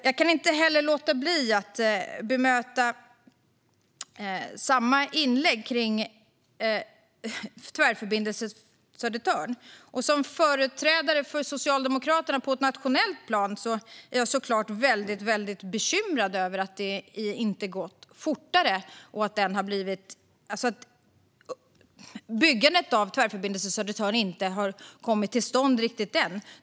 Jag kan heller inte låta bli att bemöta samma inlägg kring Tvärförbindelse Södertörn. Som företrädare för Socialdemokraterna på ett nationellt plan är jag såklart väldigt bekymrad över att det inte gått fortare och att byggandet av Tvärförbindelse Södertörn inte har kommit till stånd riktigt än.